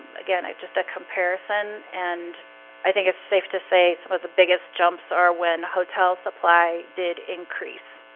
again, i just a comparison and i think it's safe to say some of the biggest jumps are when hotels apply did increase